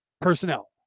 personnel